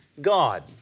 God